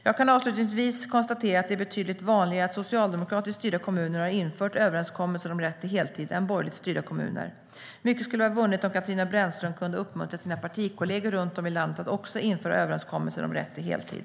Jag kan avslutningsvis konstatera att det är betydligt vanligare att socialdemokratiskt styrda kommuner har infört överenskommelser om rätt till heltid än borgerligt styrda kommuner. Mycket skulle vara vunnet om Katarina Brännström kunde uppmuntra sina partikollegor runt om i landet att också införa överenskommelser om rätt till heltid.